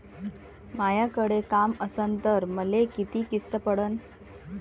मायाकडे काम असन तर मले किती किस्त पडन?